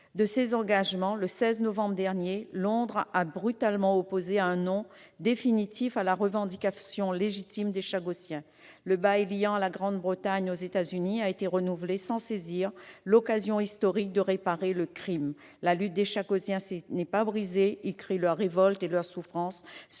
de ces engagements, le 16 novembre dernier, Londres a brutalement opposé un non définitif à la revendication légitime des Chagossiens. Le bail liant la Grande-Bretagne aux États-Unis a été renouvelé que soit saisie l'occasion historique de réparer le crime. Pour autant, la lutte des Chagossiens n'est pas brisée. Ils crient leur révolte et leur souffrance.